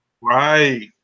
Right